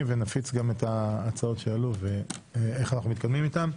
ונפיץ גם את ההצעות שעלו ואיך אנחנו מתקדמים איתן.